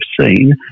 seen